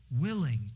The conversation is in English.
willing